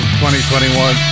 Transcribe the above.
2021